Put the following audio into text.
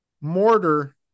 mortar